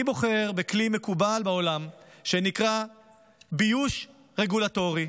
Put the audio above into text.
אני בוחר בכלי מקובל בעולם שנקרא "ביוש רגולטורי"